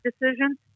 decision